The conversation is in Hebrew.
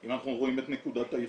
אם אנחנו רואים את נקודת הייחוס.